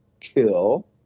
kill